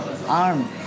armed